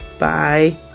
Bye